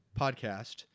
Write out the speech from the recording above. podcast